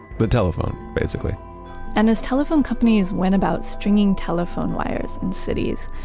but telephone, basically and as telephone companies went about stringing telephone wires in cities,